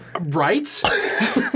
right